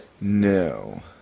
No